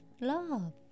love